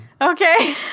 okay